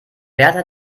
wärter